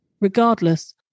Regardless